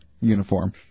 uniform